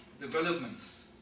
developments